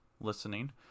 listening